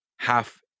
Half